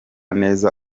neza